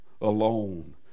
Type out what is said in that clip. alone